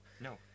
No